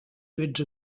fets